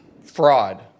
Fraud